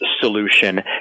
solution